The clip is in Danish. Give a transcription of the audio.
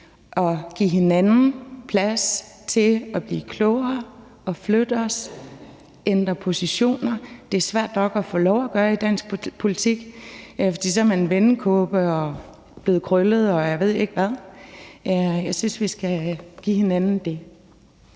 at give hinanden plads til at blive klogere, flytte os og ændre positioner. Det er svært nok at få lov at gøre det i dansk politik, for så får man at vide, at man er en vendekåbe og er blevet krøllet, og jeg ved ikke hvad. Jeg synes, vi skal give hinanden det.